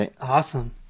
awesome